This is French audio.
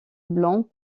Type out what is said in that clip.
blancs